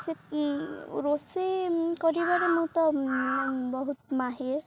ରୋଷେଇ କରିବାରେ ମୁଁ ତ ବହୁତ ମାହିର